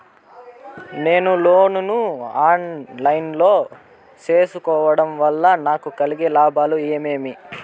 నేను లోను ను online లో సేసుకోవడం వల్ల నాకు కలిగే లాభాలు ఏమేమీ?